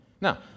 Now